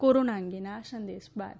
corona અંગેના આ સંદેશ બાદ